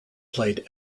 played